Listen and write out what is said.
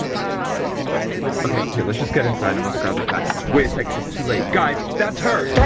oh it looks like a listening device. okay here lets just get inside and lets grab the package wait a second, it's too late! guys, that's her!